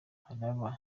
haraba